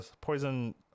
poison